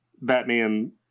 batman